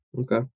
Okay